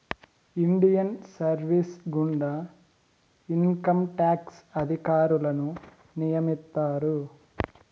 Indian service గుండా income tax అధికారులను నియమిత్తారు